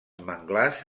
manglars